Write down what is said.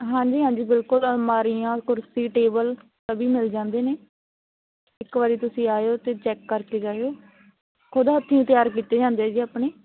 ਹਾਂਜੀ ਹਾਂਜੀ ਬਿਲਕੁਲ ਅਲਮਾਰੀਆਂ ਕੁਰਸੀ ਟੇਬਲ ਵੀ ਮਿਲ ਜਾਂਦੇ ਨੇ ਇੱਕ ਵਾਰੀ ਤੁਸੀਂ ਆਇਓ ਅਤੇ ਚੈੱਕ ਕਰਕੇ ਜਾਇਓ ਖੁਦ ਹੱਥੀਂ ਤਿਆਰ ਕੀਤੇ ਜਾਂਦੇ ਜੀ ਆਪਣੇ